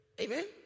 Amen